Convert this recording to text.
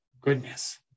Goodness